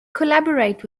collaborate